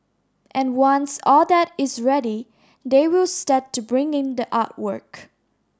and once all that is ready they will start to bring in the artwork